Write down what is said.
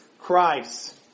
Christ